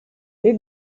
les